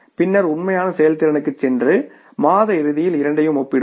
பின்னர் உண்மையான செயல்திறனுக்கு சென்று மாத இறுதியில் இரண்டையும் ஒப்பிடுவோம்